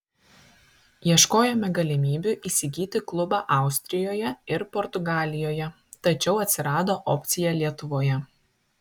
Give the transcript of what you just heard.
ieškojome galimybių įsigyti klubą austrijoje ir portugalijoje tačiau atsirado opcija lietuvoje